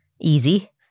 Easy